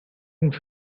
and